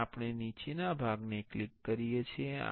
અને આપણે નીચેના ભાગને ક્લિક કરીએ છીએ